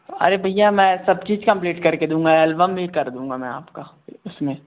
अरे भैया मैं सब चीज़ कंप्लीट कर के दूँगा एल्बम भी कर दूँगा मैं आपका उस में